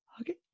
okay